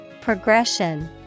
Progression